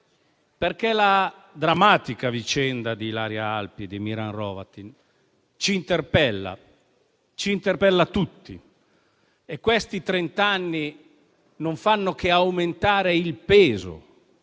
La drammatica vicenda di Ilaria Alpi e di Miran Hrovatin ci interpella tutti e questi trent'anni non fanno che aumentare il peso